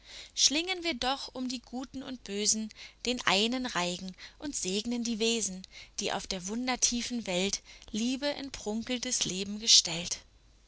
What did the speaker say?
schlingen wir doch um die guten und bösen den einen reigen und segnen die wesen die auf der wundertiefen welt liebe in prunkendes leben gestellt